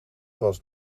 was